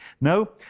No